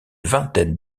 vingtaine